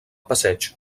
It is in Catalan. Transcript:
passeig